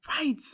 right